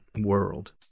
world